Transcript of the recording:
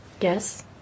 Yes